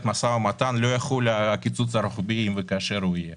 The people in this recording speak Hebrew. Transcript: משא ומתן לא יחול הקיצוץ הרוחבי כאשר הוא יהיה